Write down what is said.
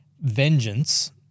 vengeance